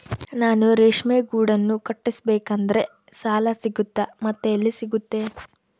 ನಾನು ರೇಷ್ಮೆ ಗೂಡನ್ನು ಕಟ್ಟಿಸ್ಬೇಕಂದ್ರೆ ಸಾಲ ಸಿಗುತ್ತಾ ಮತ್ತೆ ಎಲ್ಲಿ ಸಿಗುತ್ತೆ?